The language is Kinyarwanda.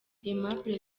aimable